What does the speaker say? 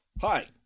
hi